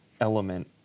element